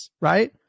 right